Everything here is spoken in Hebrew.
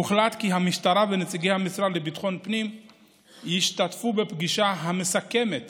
הוחלט כי המשטרה ונציגי המשרד לביטחון הפנים ישתתפו בפגישה המסכמת